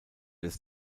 des